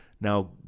Now